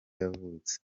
yavutse